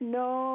no